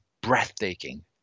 breathtaking